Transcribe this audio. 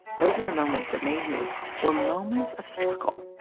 those were the moments that made me were moments of struggle